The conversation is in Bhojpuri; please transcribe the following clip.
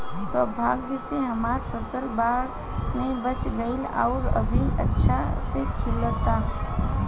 सौभाग्य से हमर फसल बाढ़ में बच गइल आउर अभी अच्छा से खिलता